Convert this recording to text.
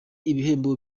ibihembo